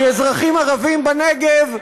כי אזרחים ערבים בנגב,